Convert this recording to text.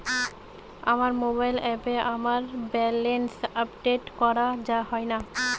আমার মোবাইল অ্যাপে আমার ব্যালেন্স আপডেট করা হয় না